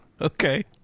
okay